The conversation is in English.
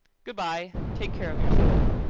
good-bye! take care of yourself.